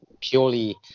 purely